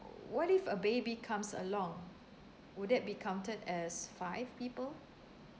w~ what if a baby comes along would that be counted as five people